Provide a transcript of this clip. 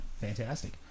Fantastic